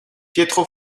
pietro